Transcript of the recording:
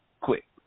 Quick